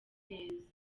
neza